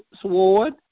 sword